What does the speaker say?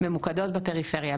ממוקדות בפריפריה,